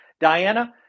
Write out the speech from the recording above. Diana